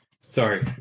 Sorry